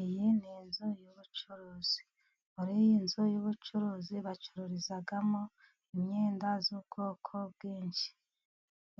Iyi ni inzu y'ubucuruzi. Muri iyi inzu y'ubucuruzi bacururizamo imyenda y'ubwoko bwinshi.